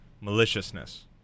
maliciousness